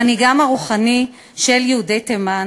מנהיגם הרוחני של יהודי תימן,